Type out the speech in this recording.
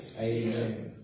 Amen